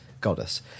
Goddess